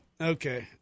Okay